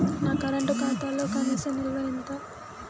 నా కరెంట్ ఖాతాలో కనీస నిల్వ ఎంత?